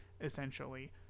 essentially